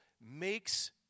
makes